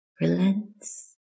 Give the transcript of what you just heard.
relents